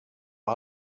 har